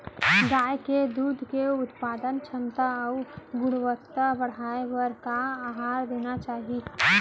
गाय के दूध के उत्पादन क्षमता अऊ गुणवत्ता बढ़ाये बर का आहार देना चाही?